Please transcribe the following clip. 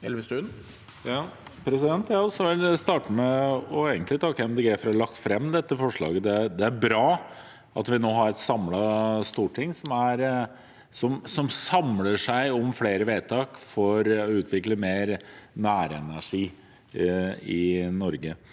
med å takke Miljøpartiet De Grønne for å ha lagt fram dette forslaget. Det er bra at vi nå har et storting som samler seg om flere vedtak for å utvikle mer nærenergi i Norge.